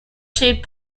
shaped